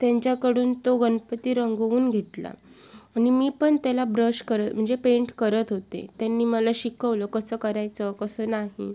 त्यांच्याकडून तो गनपती रंगवून घेतला आणि मी पण त्याला ब्रश कर म्हणजे पेंट करत होते त्यांनी मला शिकवलं कसं करायचं कसं नाही